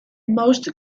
most